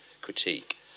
critique